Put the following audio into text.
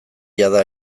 jada